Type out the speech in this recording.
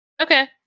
Okay